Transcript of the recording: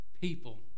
people